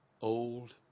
old